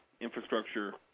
infrastructure